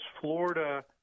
Florida